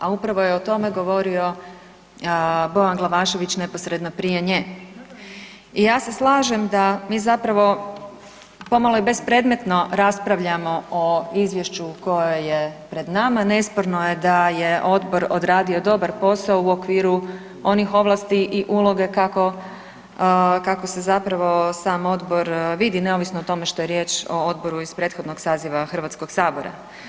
A upravo je o tome govorio Bojan Glavašević neposredno prije nje i ja se slažem da mi zapravo pomalo i bespredmetno raspravljamo o Izvješću koje je pred nama, nesporno je da je Odbor odradio dobar posao u okviru onih ovlasti i uloge kako se zapravo sam Odbor vidi, neovisno o tome što je riječ o odboru iz prethodnog saziva HS-a.